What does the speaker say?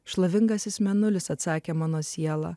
šlovingasis mėnulis atsakė mano sielą